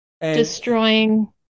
destroying